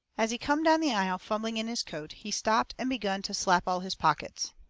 as he come down the aisle fumbling in his coat, he stopped and begun to slap all his pockets.